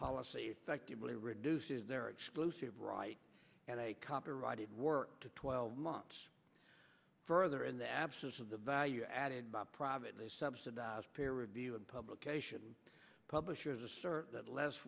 policy effectively reduces their exclusive rights and i copyrighted work to twelve months further in the absence of the value added by private subsidize peer review and publication publishers assert that less